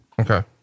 Okay